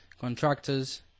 Contractors